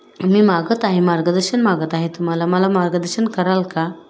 मी मागत आहे मार्गदर्शन मागत आहे तुम्हाला मला मार्गदर्शन कराल का